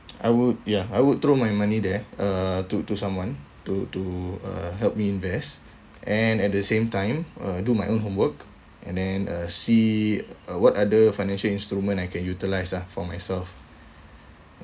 I would ya I would throw my money there uh to to someone to to uh help me invest and at the same time uh do my own homework and then uh see uh what other financial instrument I can utilise ah for myself